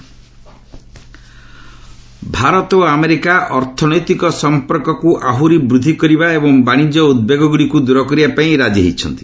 India US trade Bharat ଓ America ଅର୍ଥନୈତିକ ସମ୍ପର୍କକୁ ଆହୁରି ବୃଦ୍ଧି କରିବା ଏବଂ ବାଶିଜ୍ୟ ଉଦ୍ବେଗଗୁଡ଼ିକୁ ଦୂର କରିବାପାଇଁ ରାଜି ହୋଇଛନ୍ତି